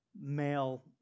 male